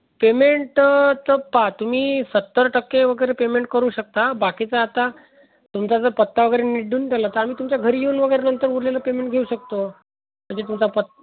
payment तर पाहा तुम्ही सत्तर टक्के वगैरे पेमेंट करू शकता बाकीचं आता तुमचा ज पत्ता वरेगै निट देऊन द्याल तर आम्ही तुमच्या घरी येऊन वगैरे नंतर उरलेलं पेमेंट घेऊ शकतो म्हणजे तुमचा पत